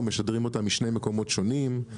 ומשדרים אותה משני מקומות שונים,